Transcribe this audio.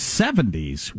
70s